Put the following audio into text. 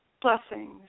Blessings